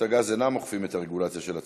הגז אינן אוכפות את הרגולציה של עצמן,